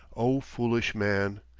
o foolish man!